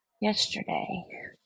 yesterday